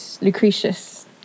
lucretius